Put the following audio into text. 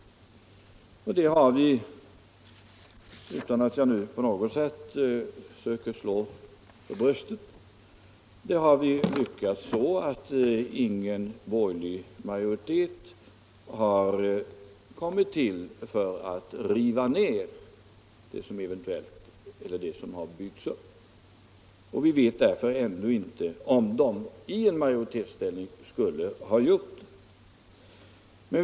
Med detta har vi — utan att jag nu på något sätt försöker slå mig för bröstet — lyckats så, att ingen borgerlig majoritet har kommit till för att riva ner det som har byggts upp. Vi vet därför ännu inte om de borgerliga i majoritetsställning skulle ha gjort det.